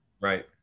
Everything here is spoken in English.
Right